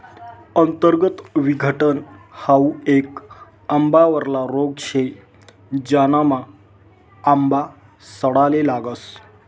अंतर्गत विघटन हाउ येक आंबावरला रोग शे, ज्यानामा आंबा सडाले लागस